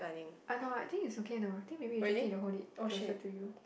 uh no I think is okay no think maybe you just need to hold it closer to you